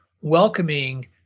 welcoming